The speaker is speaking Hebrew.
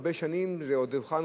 הרבה שנים זה עוד הוכן,